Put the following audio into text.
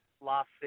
last